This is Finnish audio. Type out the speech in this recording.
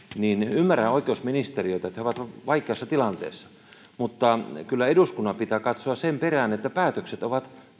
ymmärrän oikeusministeriötä että he ovat vaikeassa tilanteessa mutta kyllä eduskunnan pitää katsoa sen perään että päätökset ovat